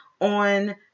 on